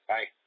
Bye